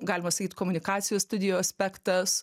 galima sakyt komunikacijos studijų aspektas